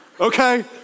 okay